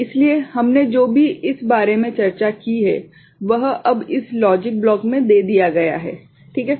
इसलिए हमने जो भी इस बारे में चर्चा की है वह अब इस लॉजिक ब्लॉक में दे दिया गया है ठीक है